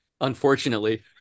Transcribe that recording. unfortunately